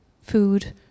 food